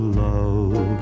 love